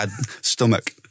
stomach